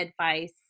advice